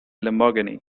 lamborghini